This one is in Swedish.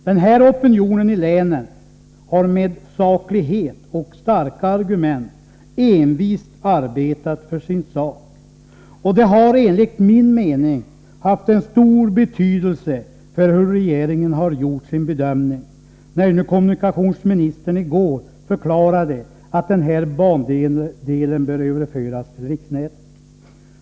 Den här opinionen i länet har med saklighet och starka argument envist arbetat för sin sak. Detta har enligt min mening haft en stor betydelse för hur regeringen har gjort sin bedömning — det framgick när kommunikationsministern i går förklarade att den här bandelen bör överföras till riksnätet.